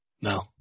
No